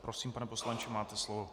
Prosím, pane poslanče, máte slovo.